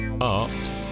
Art